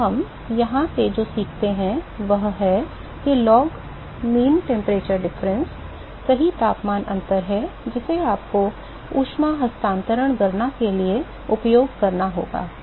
तो हम यहां से जो सीखते हैं वह यह है कि लॉग माध्य तापमान अंतर सही तापमान अंतर है जिसे आपको ऊष्मा हस्तांतरण गणना के लिए उपयोग करना है